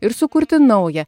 ir sukurti naują